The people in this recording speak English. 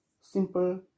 simple